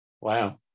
wow